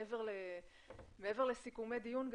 מעבר לסיכומי דיון,